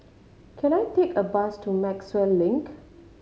can I take a bus to Maxwell Link